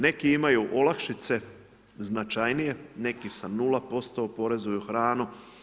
Neki imaju olakšice značajnije, neki sa 0% oporezuju hranu.